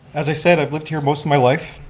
as i said, i've lived here most of my life.